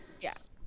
Yes